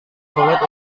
sulit